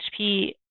HP